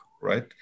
Right